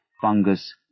fungus